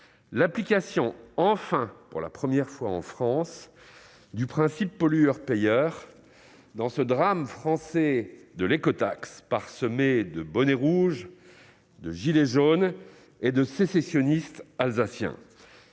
l'application, enfin, pour la première fois en France, du principe « pollueur-payeur », dans ce drame français de l'écotaxe, parsemé de « bonnets rouges », de « gilets jaunes » et de sécessionnistes alsaciens.